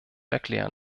erklären